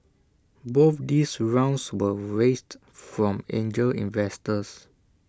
both these rounds were raised from angel investors